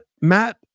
Matt